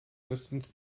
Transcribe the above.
distance